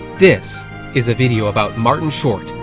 this is a video about martin short,